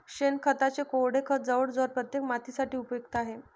शेणखताचे कोरडे खत जवळजवळ प्रत्येक मातीसाठी उपयुक्त आहे